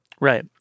Right